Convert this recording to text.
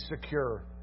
secure